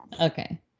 Okay